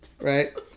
Right